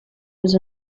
was